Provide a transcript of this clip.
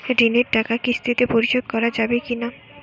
ঋণের টাকা কিস্তিতে পরিশোধ করা যাবে কি না?